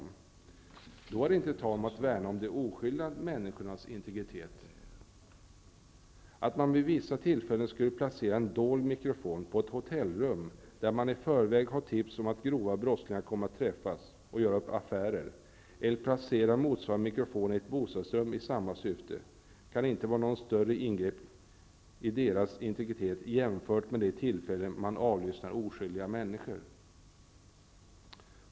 I dessa sammanhang är det inte tal om att värna om de oskyldiga människornas integritet. Att man vid vissa tillfällen skulle placera en dold mikrofon på ett hotellrum, där man i förväg har tips om att grova brottslingar kommer att träffas och göra upp affärer eller placera motsvarande mikrofon i ett bostadsrum i samma syfte, kan inte vara något större ingrepp i deras integritet i jämförelse med de tillfällen då man avlyssnar oskyldiga människors samtal.